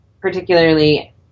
Particularly